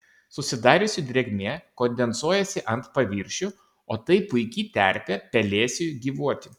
susidariusi drėgmė kondensuojasi ant paviršių o tai puiki terpė pelėsiui gyvuoti